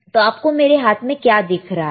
तो आपको मेरे हाथ में क्या दिख रहा है